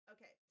Okay